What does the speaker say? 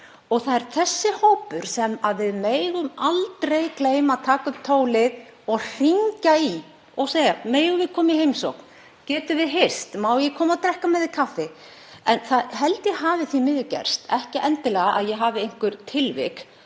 Það er sá hópur sem við megum aldrei gleyma að taka upp tólið og hringja í og segja: Megum við koma í heimsókn, getum við hist, má ég koma og drekka með þér kaffi? En ég held að það hafi því miður gerst, ekki endilega að ég hafi einhver tilvik,